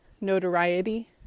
notoriety